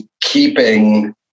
keeping